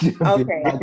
Okay